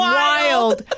wild